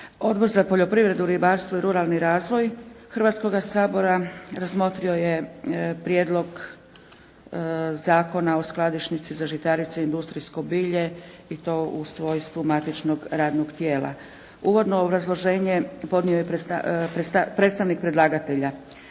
Odbor za poljoprivredu, ribarstvo i ruralni razvoj Hrvatskoga sabora razmotrio je Prijedlog Zakona o skladišnici za žitarice i industrijsko bilje i to u svojstvu matičnog radnog tijela. Uvodno obrazloženje podnio je predstavnik predlagatelja.